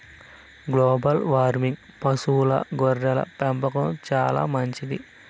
global వార్మింగ్కు పశువుల గొర్రెల పెంపకం చానా మంచిది